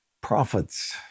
Prophets